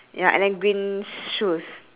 his shirt is white colour